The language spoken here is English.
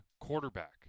quarterback